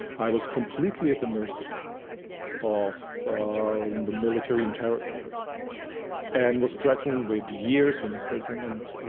i was completely at the mercy of the military interrogators and was threatened with years imprisonment,